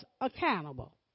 accountable